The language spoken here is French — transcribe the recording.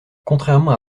contrairement